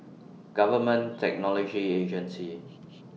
Government Technology Agency